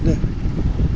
দে